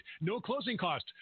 no-closing-cost